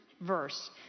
verse